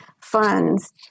funds